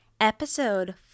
episode